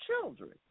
children